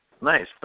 Nice